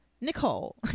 Nicole